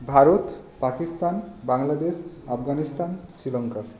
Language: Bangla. ভারত পাকিস্তান বাংলাদেশ আফগানিস্তান শ্রীলঙ্কা